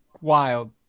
wild